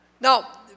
Now